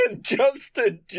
Justin